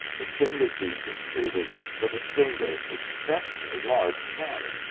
the chimneypiece is treated with a single, exceptionally large panel,